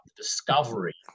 discovery